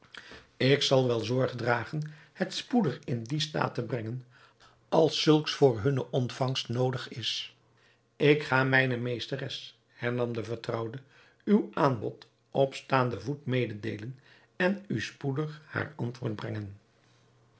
ik zal wel zorg dragen het spoedig in dien staat te brengen als zulks voor hunne ontvangst noodig is ik ga mijne meesteres hernam de vertrouwde uw aanbod op staanden voet mededeelen en u spoedig haar antwoord brengen